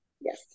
Yes